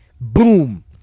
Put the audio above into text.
Boom